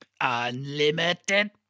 Unlimited